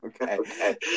Okay